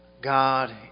God